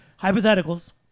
hypotheticals